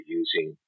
using